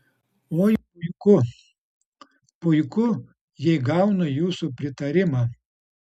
oi puiku puiku jei gaunu jūsų pritarimą